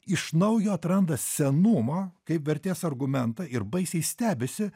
iš naujo atranda senumą kaip vertės argumentą ir baisiai stebisi